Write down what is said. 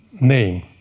name